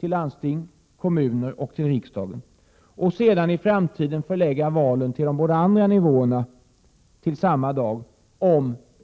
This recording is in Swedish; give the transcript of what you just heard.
till landsting, kommuner och riksdag, och sedan i framtiden förlägga valen i de båda andra nivåerna till samma dag.